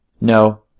No